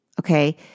Okay